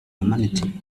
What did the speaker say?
humanity